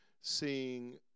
seeing